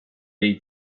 jej